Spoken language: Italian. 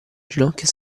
ginocchia